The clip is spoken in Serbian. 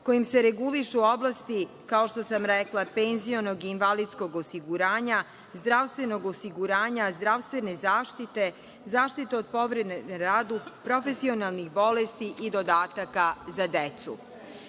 kojim se regulišu oblasti, kao što sam rekla, penzijsko-invalidskog osiguranja, zdravstvenog osiguranja, zdravstvene zaštite, zaštite od povrede na radu, profesionalnih bolesti i dodataka za